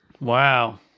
Wow